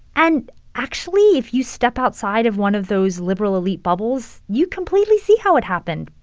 and actually, if you step outside of one of those liberal elite bubbles, you completely see how it happened.